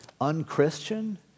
unchristian